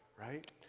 right